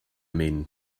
mean